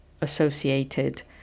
associated